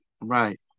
Right